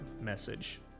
message